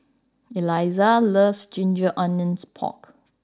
Elissa loves Ginger Onions Pork